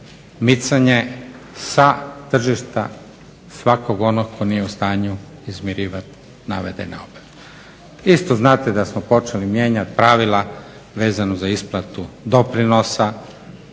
micanje sa tržišta svakog onog tko nije u stanju izmirivat navedene obveze. Isto znate da smo počeli mijenjat pravila vezano za isplatu doprinosa,